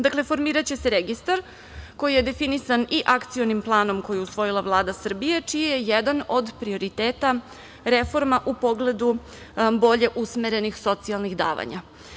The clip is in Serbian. Dakle, formiraće se registar koji je definisan i Akcionom planom, koji je usvojila Vlada Srbije, čiji je jedan od prioriteta reforma u pogledu bolje usmerenih socijalnih davanja.